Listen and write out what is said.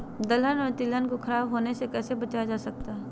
दलहन और तिलहन को खराब होने से कैसे बचाया जा सकता है?